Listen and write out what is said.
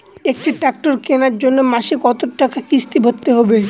একটি ট্র্যাক্টর কেনার জন্য মাসে কত টাকা কিস্তি ভরতে হবে?